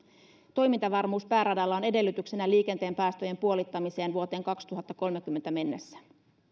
toimintavarmuus pääradalla on edellytyksenä liikenteen päästöjen puolittamiselle vuoteen kaksituhattakolmekymmentä mennessä